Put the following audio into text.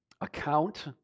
account